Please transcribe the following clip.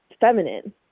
feminine